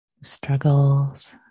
struggles